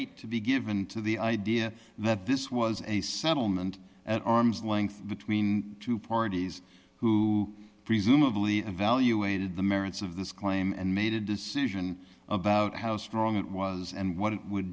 weight to be given to the idea that this was a settlement at arm's length between two parties who presumably evaluated the merits of this claim and made a decision about how strong it was and what it would